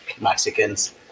mexicans